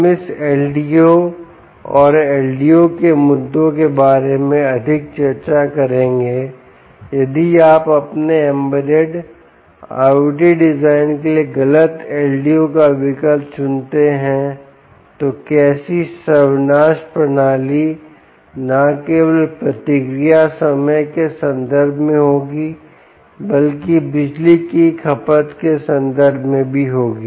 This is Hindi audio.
हम इस LDO और LDO के मुद्दों के बारे में अधिक चर्चा करेंगे यदि आप अपने एम्बेडेड IOT डिजाइन के लिए गलत LDO का विकल्प चुनते हैं तो कैसी सर्वनाश प्रणाली न केवल प्रतिक्रिया समय के संदर्भ में होगी बल्कि बिजली की खपत के संदर्भ में भी होगी